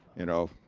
you know.